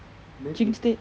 jinxed it